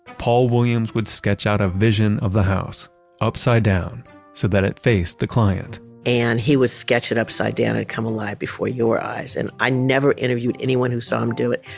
paul williams would sketch out a vision of the house upside down so that it faced the client and he would sketch it upside down. it'd come alive before your eyes. and i never interviewed anyone who saw him do it,